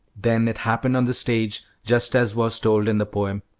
then it happened on the stage just as was told in the poem.